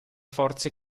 forze